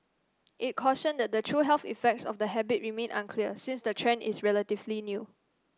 it cautioned that the true health effects of the habit remain unclear since the trend is relatively new